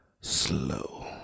slow